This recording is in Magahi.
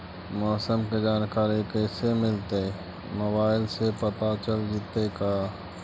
मौसम के जानकारी कैसे मिलतै मोबाईल से पता चल जितै का?